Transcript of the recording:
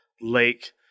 lake